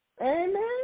Amen